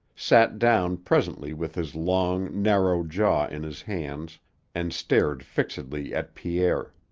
sat down presently with his long, narrow jaw in his hands and stared fixedly at pierre.